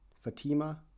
Fatima